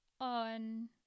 on